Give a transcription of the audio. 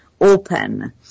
open